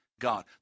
God